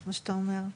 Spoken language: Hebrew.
מה שאתה אומר.